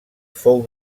fou